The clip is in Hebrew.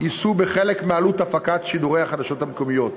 יישאו בחלק מעלות הפקת שידורי החדשות המקומיות.